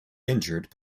injured